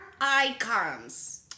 icons